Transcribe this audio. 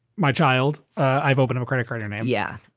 my child, i've opened a credit card and yeah.